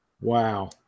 Wow